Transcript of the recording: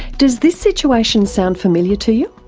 does this situation sound familiar to you?